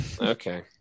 Okay